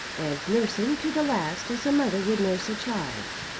and nurse him to the last as a mother would nurse a child.